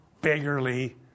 beggarly